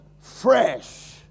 fresh